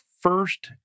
first